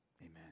Amen